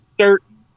certain